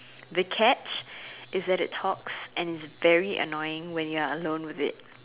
the cat is that it talks and very annoying when you are alone with it